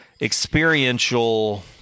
experiential